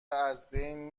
ازبین